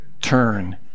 turn